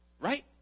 Right